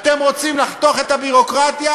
אתם רוצים לחתוך את הביורוקרטיה?